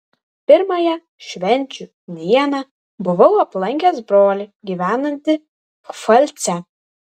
pirmąją švenčių dieną buvau aplankęs brolį gyvenantį pfalce